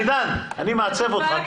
עידן, אני מעצב אותך עכשיו.